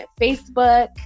Facebook